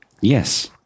Yes